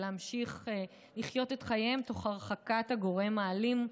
שימשיכו לחיות את חייהן תוך הרחקת הגורם האלים,